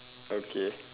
okay